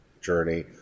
journey